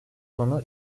tonu